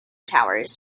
towers